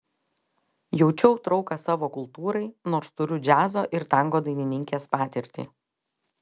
jaučiau trauką savo kultūrai nors turiu džiazo ir tango dainininkės patirtį